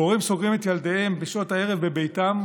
הורים סוגרים את ילדיהם בשעות הערב בביתם,